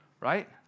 right